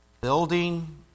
Building